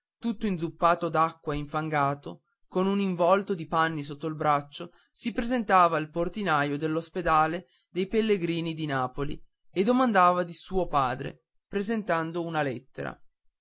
tutto inzuppato d'acqua e infangato con un involto di panni sotto il braccio si presentava al portinaio dell'ospedale maggiore di napoli e domandava di suo padre presentando una lettera